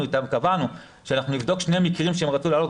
וקבענו שנבדוק שני מקרים שהם רצו להעלות,